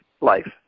life